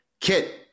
Kit